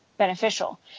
beneficial